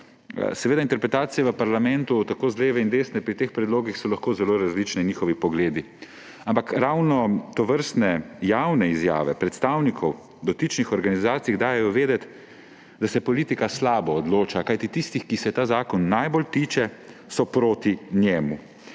seveda interpretacije v parlamentu tako z leve in desne pri teh predlogih so lahko zelo različne in njihovi pogledi. Ampak ravno tovrstne javne izjave predstavnikov dotičnih organizacij dajejo vedeti, da se politika slabo odloča, kajti tisti, ki se jih ta zakon najbolj tiče, so proti njemu.